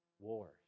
wars